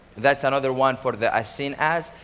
that's another one for the as seen as.